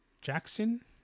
Jackson